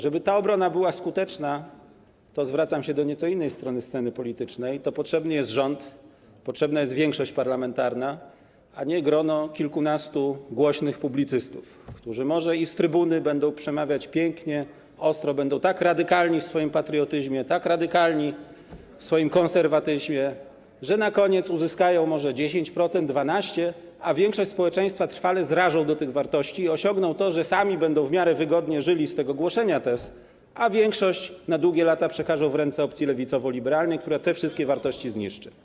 Żeby ta obrona była skuteczna - zwracam się do nieco innej strony sceny politycznej - to potrzebny jest rząd, potrzebna jest większość parlamentarna, a nie grono kilkunastu głośnych publicystów, którzy może i z trybuny będą przemawiać pięknie, ostro, będą tak radykalni w swoim patriotyzmie, tak radykalni w swoim konserwatyzmie, że na koniec uzyskają może 10–12%, a większość społeczeństwa trwale zrażą do tych wartości i osiągną to, że sami będą w miarę wygodnie żyli z głoszenia tych tez, a większość na długie lata przekażą w ręce opcji lewicowo-liberalnej, która te wszystkie wartości zniszczy.